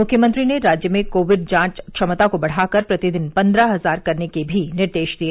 मुख्यमंत्री ने राज्य में कोविड जांच क्षमता को बढ़ाकर प्रतिदिन पद्रह हजार करने के भी निर्देश दिए